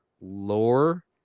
lore